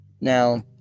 Now